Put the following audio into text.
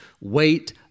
wait